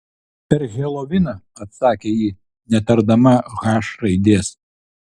per heloviną atsakė ji netardama h raidės